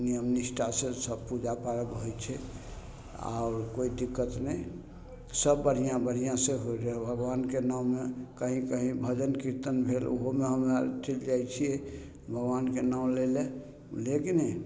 नियम निष्ठासँ सब पूजा पाठ होइ छै आओर कोइ दिक्कत नहि सब बढ़िआँ बढ़िआँसँ भगवानके नामे कहीं कहीं भजन कीर्तन भेल उहोमे हम्मे आर चलि जाइ छियै भगवानके नाम लै लऽ बुझलियै की नहि